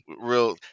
Real